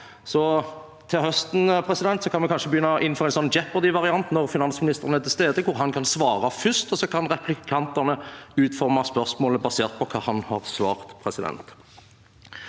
Til høsten kan vi kanskje begynne å innføre en jeopardy-variant når finansministeren er til stede, hvor han kan svare først, og så kan replikantene utforme spørsmålet basert på hva han har svart. Ellers